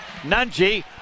Nunji